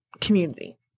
community